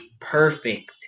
perfect